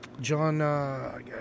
John –